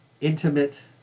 intimate